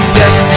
yes